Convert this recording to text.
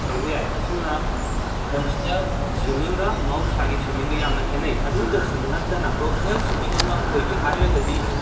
ꯇꯧꯕ ꯌꯥꯏ ꯑꯁꯨꯝꯅ ꯄ꯭ꯔꯣꯐꯦꯁꯅꯦꯜ ꯁ꯭ꯋꯤꯝꯃꯤꯡꯒ ꯃꯍꯧꯁꯥꯒꯤ ꯁ꯭ꯋꯤꯝꯃꯤꯡꯒ ꯌꯥꯝꯅ ꯈꯦꯠꯅꯩ ꯑꯗꯨꯇꯁꯨ ꯅꯠꯇꯅ ꯄ꯭ꯔꯣꯐꯦꯁꯅꯦꯜ ꯁ꯭ꯋꯤꯝꯃꯤꯡ ꯑꯃ ꯑꯣꯏꯒꯦ ꯍꯥꯏꯔꯒꯗꯤ